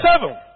seven